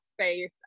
space